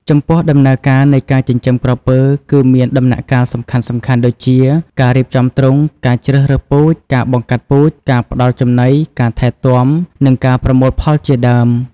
ចំពោះដំណើរការនៃការចិញ្ចឹមក្រពើ គឺមានដំណាក់កាលសំខាន់ៗដូចជា ការរៀបចំទ្រុង ការជ្រើសរើសពូជ ការបង្កាត់ពូជ ការផ្តល់ចំណី ការថែទាំ និងការប្រមូលផលជាដើម។